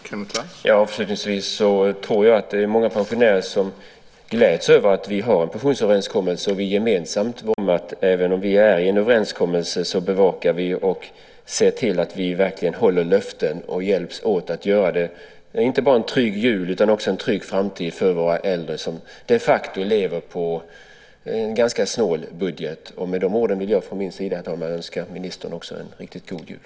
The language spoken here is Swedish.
Herr talman! Avslutningsvis vill jag säga att jag tror att det är många pensionärer som gläds över att vi har en pensionsöverenskommelse och att vi i våra fem partier gemensamt arbetar och driver de här frågorna. Sammanfattningen får väl vara att regeringen ska veta om att även om vi finns med i en överenskommelse bevakar vi och ser till att vi verkligen håller löften och hjälps åt med att göra inte bara en trygg jul utan också en trygg framtid för våra äldre som de facto lever på en ganska snål budget. Med de orden vill jag önska ministern en riktigt god jul.